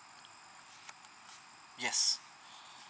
yes